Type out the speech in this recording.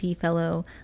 fellow